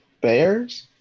Bears